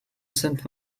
sainte